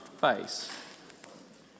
face